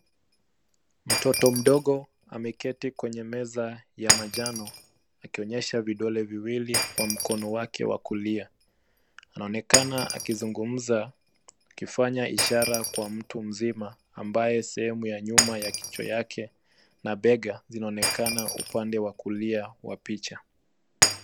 Mtoto mdogo ameketi kwenye meza ya manjano, akionyesha vidole viwili kwa mkono wake kulia. Anaonekana akizungumza akifanya ishara kwa mtu mzima ambaye sehemu ya nyuma ya kichwa yake na bega zinaonekana upande wa kulia wa picha.